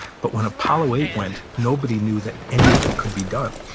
but when apollo eight went, nobody knew that any of it could be done.